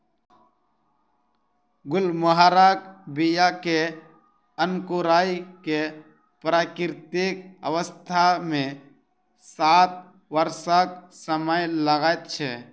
गुलमोहरक बीया के अंकुराय मे प्राकृतिक अवस्था मे सात वर्षक समय लगैत छै